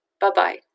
Bye-bye